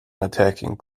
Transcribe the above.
attacking